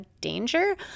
danger